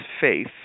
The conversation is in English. faith